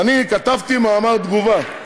אני כתבתי מאמר תגובה.